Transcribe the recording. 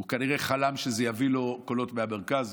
הוא כנראה חלם שזה יביא לו קולות מהמרכז.